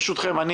ברשותכם,